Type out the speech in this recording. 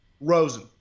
rosen